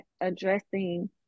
addressing